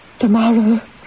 Tomorrow